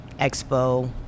expo